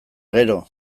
gero